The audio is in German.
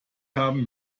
haben